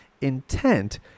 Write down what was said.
intent